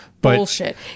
bullshit